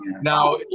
Now